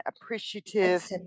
appreciative